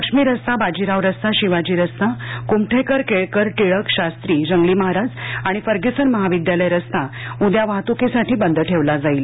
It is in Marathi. लक्ष्मी रस्ता बाजीराव रस्ता शिवाजी रस्ता कुमठेकरकेळकर टिळक शास्त्री जंगली महाराज आणि फर्ग्यूसन महाविद्यालय रस्ता उद्या वाहतुकीसाठी बंद ठेवला जाईल